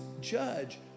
judge